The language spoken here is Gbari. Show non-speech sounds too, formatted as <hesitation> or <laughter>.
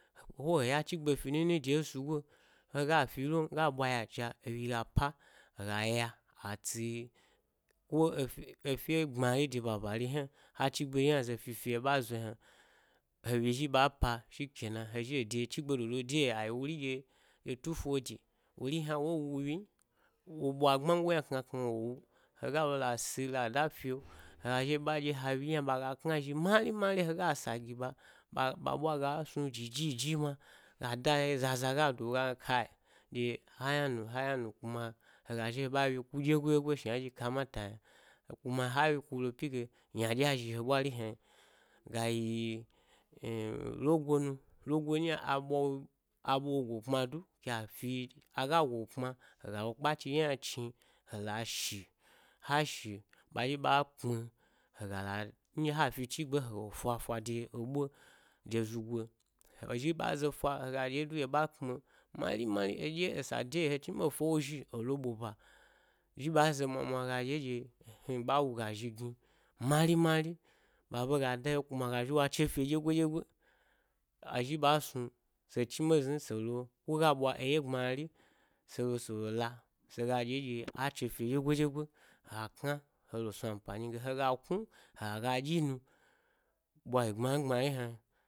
Wo he ya dugba fi nini de esagoe hega filon go ɓun yacha, enyi ga pa, hega ya atsi-ko efye, efye-gbmari de babari yna ha chigbe ɗye hna zo fifi yna, ebe a zo yna. He wyi zhi ɓa pa shikena, he zhi he de chigbe dodo de yo ayi wori ɗye 24d. Wori hna wow u wyim, wo ɓwa gbmango hna kna kna wow u hega lo la si la da fyo, hega zhi be ɓa ɗye ha wyi hna ɓaya knazhi mari mari, hega esa gi ɓa, ɓa, ɓa’ ɓwa gas nu jijijiji yna, ga da he naye, zaza gadu wa-kai, ɗye ha yna nu ha yna nu kuma hega zhi he ba enyi ku ɗyagoi ɗyegoi shna dye kamata yna. Kuma ha enyi kulo pyige ynaɗyi a zhi he ɓwari hna a. Gayi <hesitation> rogo nu, rogo nyi yna, abwa wo abwa wo go kpma du, ke a fi-aga’ go kpma hega wo kpachi ɗye yna chni hela shi, ha shi, ɓa zhi, ɓa kpmi hega la, nɗye ha fi chigbe n he fafa de eɓwa da zugo, ehe zhi ɓa zofa hega ɗye du ɗye ba kpmi mari mari he ɗye esa de ye he chniɗe he fa wozhi e lo ɓo ba. Zhiba zo mwamwa hega ɗye ɗye fnu ɓawuga zhi du mari mari. Baɓe ga da he ye kuma ga zhi w ache fyo, ɗyegoi ɗyegoi. A zhiba snu se dmi ɓe zni ɓe lo ko ga ɓwa eye gbmari selo sele la sega ɗye ɗye a che fyo, ɗyego-ɗyegoi a-kna helo snu ampanyi ge hega knu hega ga ɗye nu-ɓwayi gbma gbma hna.